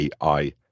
AI